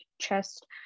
chest